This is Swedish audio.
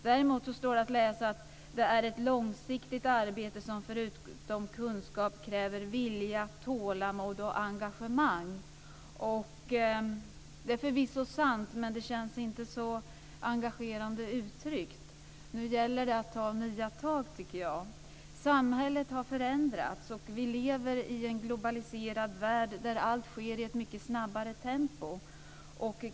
Däremot står det att läsa att det är ett långsiktigt arbete som förutom kunskap kräver vilja, tålamod och engagemang. Det är förvisso sant, men det känns inte så engagerande. Nu gäller det att ta nya tag, tycker jag. Samhället har förändrats, och vi lever i en globaliserad värld, där allt sker i ett mycket snabbare tempo.